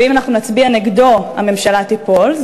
ואם אנחנו נצביע נגדו הממשלה תיפול,